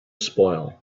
spoil